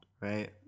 Right